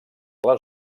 les